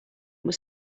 were